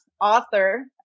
author